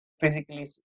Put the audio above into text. physically